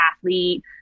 athlete